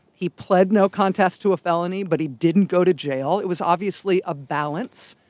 he pled no contest to a felony, but he didn't go to jail. it was obviously a balance.